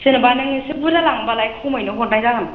जेन'बा नों एसे बुरजा लांबालाय खमायनानै हरनाय जागोन